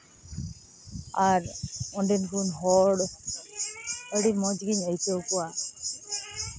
ᱟᱨ ᱚᱸᱰᱮᱱ ᱠᱚ ᱦᱚᱲ ᱟᱹᱰᱤ ᱢᱚᱡᱽ ᱜᱤᱧ ᱟᱹᱭᱠᱟᱹᱣ ᱠᱚᱣᱟ